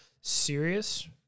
serious